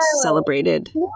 celebrated